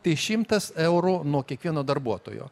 tai šimtas eurų nuo kiekvieno darbuotojo